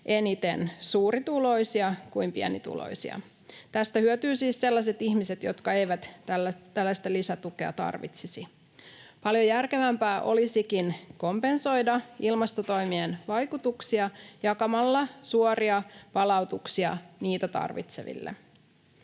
enemmän suurituloisia kuin pienituloisia. Tästä hyötyvät siis sellaiset ihmiset, jotka eivät tällaista lisätukea tarvitsisi. Paljon järkevämpää olisikin kompensoida ilmastotoimien vaikutuksia jakamalla suoria palautuksia niitä tarvitseville.